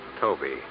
Toby